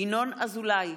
ינון אזולאי,